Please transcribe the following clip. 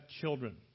children